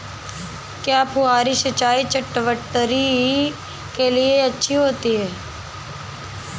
क्या फुहारी सिंचाई चटवटरी के लिए अच्छी होती है?